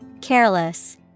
Careless